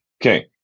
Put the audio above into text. Okay